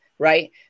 right